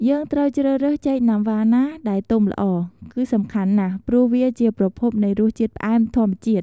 យើងត្រូវជ្រើសរើសចេកណាំវ៉ាណាដែលទុំល្អ គឺសំខាន់ណាស់ ព្រោះវាជាប្រភពនៃរសជាតិផ្អែមធម្មជាតិ។